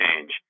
change